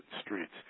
streets